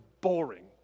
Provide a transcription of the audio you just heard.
boring